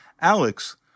Alex